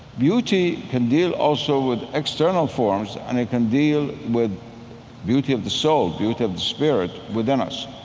beauty can deal also with external forms and it can deal with beauty of the soul, beauty of the spirit, within us.